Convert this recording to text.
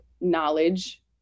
knowledge